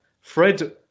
Fred